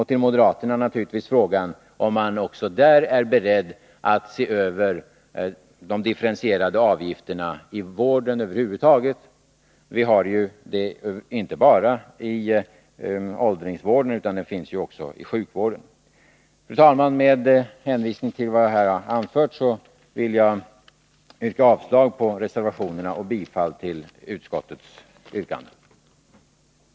Till moderaterna vill jag naturligtvis ställa frågan om de också är beredda att se över de differentierade avgifterna i vården över huvud taget. Vi har ju sådana avgifter inte bara i åldringsvården utan också inom barnomsorgen. Fru talman! Med hänvisning till det jag här har anfört vill jag yrka avslag på reservationerna och bifall till utskottets yrkanden.